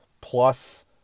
plus